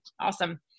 Awesome